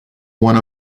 one